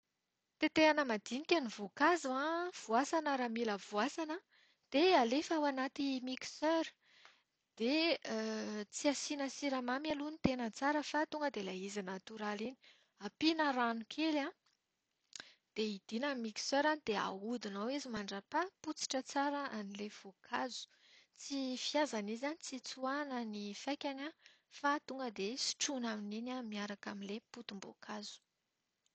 Tetehana madinika ny voankazo an, voasana raha mila voasana. Dia alefa ao anaty miksera. Dia tsy asiana siramamy aloha no tena tsara fa tonga dia ilay izy natoraly iny. Ampiana rano kely an, dia idiana ny miksera dia ahodina ao izy mandrapahapotsitra tsara an'ilay voankazo. Tsy fihazana izy an, tsy tsoahana ny faikany an, fa tonga dia sotroina amin'iny an, miaraka amin'ilay potim-boankazo.